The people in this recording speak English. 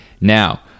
now